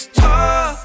talk